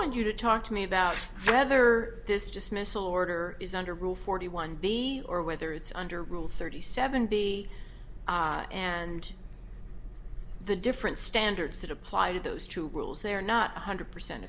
want you to talk to me about whether this dismissal order is under rule forty one b or whether it's under rule thirty seven b and the different standards that apply to those two rules they're not one hundred percent